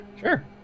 sure